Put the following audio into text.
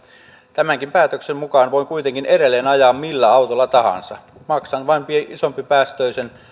tämänkin päätöksen mukaan voin kuitenkin edelleen ajaa millä autolla tahansa maksan vain isompipäästöisen